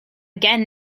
again